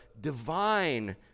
divine